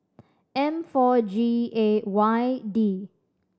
M four G A Y D